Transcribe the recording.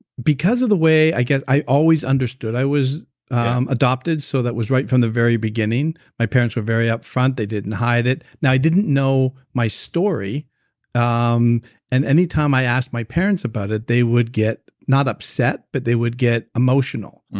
because of the way i guess. i always understood i was adopted so that was right from the very beginning. my parents were very upfront, they didn't hide it now i didn't know my story um and anytime i asked my parents about it they would get not upset, but they would get emotional.